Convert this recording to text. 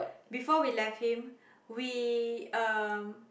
before we left him we um